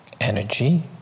energy